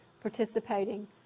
participating